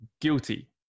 guilty